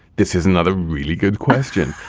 this is another really good question.